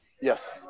Yes